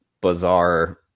bizarre